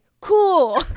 cool